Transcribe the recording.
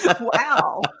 Wow